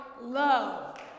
love